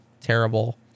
terrible